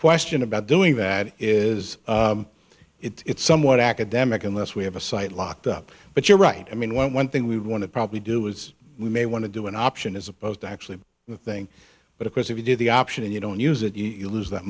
question about doing that is it's somewhat academic unless we have a site locked up but you're right i mean one thing we want to probably do is we may want to do an option as opposed to actually the thing but of course if you do the option and you don't use it you lose that